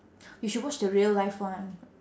you should watch the real life one